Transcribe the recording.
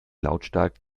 lautstark